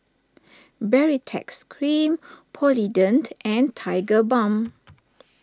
Baritex Cream Polident and Tigerbalm